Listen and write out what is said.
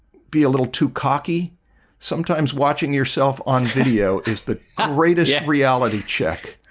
be a little too cocky sometimes watching yourself on video is the greatest reality check.